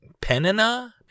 Penina